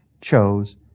chose